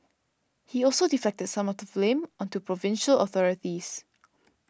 he also deflected some of the blame onto provincial authorities